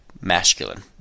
masculine